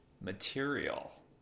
material